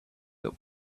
that